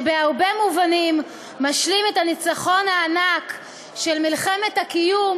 שבהרבה מובנים משלים את הניצחון הענק של מלחמת הקיום